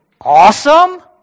awesome